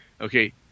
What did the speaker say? okay